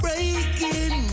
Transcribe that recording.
Breaking